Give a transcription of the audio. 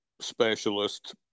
specialist